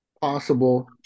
possible